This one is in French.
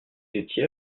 étiez